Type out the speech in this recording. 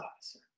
officer